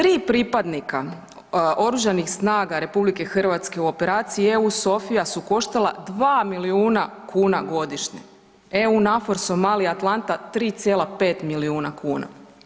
Tri pripadnika oružanih snaga RH u Operaciji EU SOFIA su koštala 2 milijuna kuna godišnje, EU NAVFOR SOMALIJA ATLANTA 3,5 milijuna kuna.